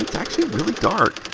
actually really dark!